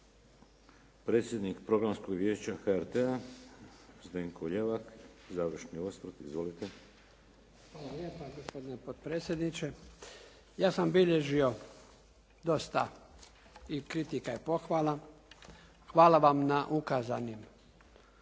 Predsjednik Programskog vijeća HRT-a, Zdenko Ljevak. Završni osvrt. Izvolite. **Ljevak, Zdenko** Hvala lijepa gospodine potpredsjedniče. Ja sam bilježio dosta i kritika i pohvala. Hvala vam na ukazanim